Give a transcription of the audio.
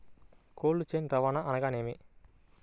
Cold chain రవాణా అనగా నేమి?